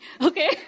okay